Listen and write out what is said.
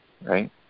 right